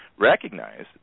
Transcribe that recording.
recognize